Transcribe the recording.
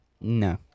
No